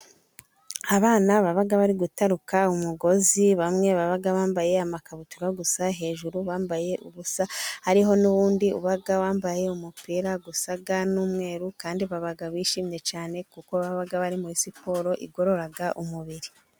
Abana babaga bari gutaruka umugozi bamwe babaga bambaye amakabutura gusa, hejuru bambaye ubusa, hariho n'uwundi uba wambaye umupira usa n'umweru kandi babaga bishimye cyane kuko babaga bari muri siporo igorora umubiri.